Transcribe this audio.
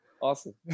awesome